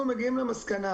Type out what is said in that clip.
אם אנחנו מגיעים למסקנה